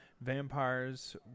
Vampires